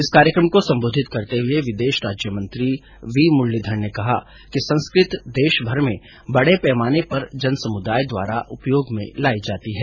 इस कार्यक्रम को संबोधित करते हुए विदेश राज्यमंत्री वी मुरलीधरन ने कहा कि संस्कृत देशभर में बड़े पैमाने पर जन समुदाय द्वारा उपयोग में लाई जाती है